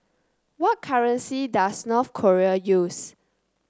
what currency does North Korea use